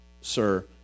sir